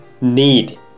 need